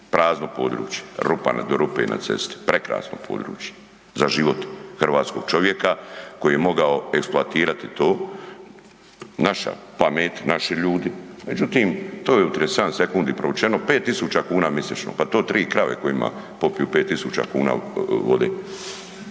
razumije./... na cesti, prekrasno područje za život hrvatskog čovjeka koji je mogao eksploatirati to, naša pamet, naši ljudi, međutim, to je u 37 sekundi, 5 tisuća kuna mjesečno, pa to 3 krave koje ima popiju 5 tisuća kuna vode.